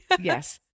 Yes